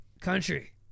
country